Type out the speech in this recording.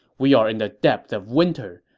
we are in the depth of winter.